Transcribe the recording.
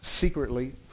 secretly